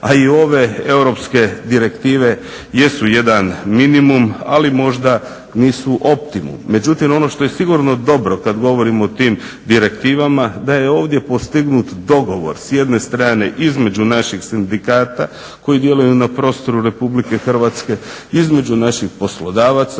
a i ove europske direktive jesu jedan minimum ali nisu možda optimum. Međutim ono što je sigurno dobro kada govorimo o tim direktivama da je ovdje postignut dogovor s jedne strane između naših sindikata koji djeluju na prostoru RH između naših poslodavaca